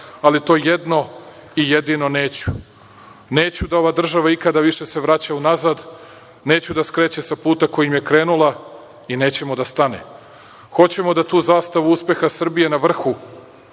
ali to jedno i jedino neću - neću da ova država ikada više se vraća unazad, neću da skreće sa puta kojim je krenula i nećemo da stane. Hoćemo da tu zastavu uspeha Srbije na vrhu